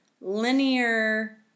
linear